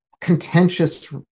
contentious